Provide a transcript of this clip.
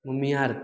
mummy आर